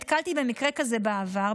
נתקלתי במקרה כזה בעבר,